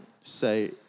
say